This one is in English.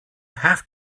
have